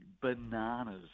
bananas